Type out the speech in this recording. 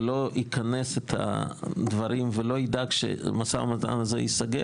ולא ייכנס את הדברים ולא ידע כשהמו"מ הזה יסתיים,